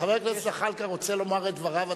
חבר הכנסת זחאלקה רוצה לומר את דבריו,